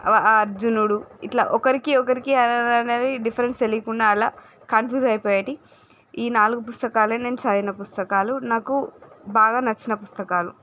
అర్జునుడు ఇట్లా ఒకరికి ఒకరికి అనేది డిఫరెన్స్ తెలియకుండా అలా కన్ఫ్యూజ్ అయిపోయేది ఈ నాలుగు పుస్తకాలే నేను చదివిన పుస్తకాలు నాకు బాగా నచ్చిన పుస్తకాలు